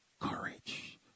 courage